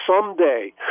someday